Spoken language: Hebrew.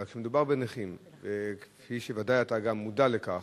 אבל כשמדובר בנכים, כפי שאתה ודאי גם מודע לכך,